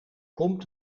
komt